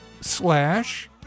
slash